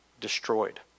destroyed